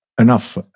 enough